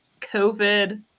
COVID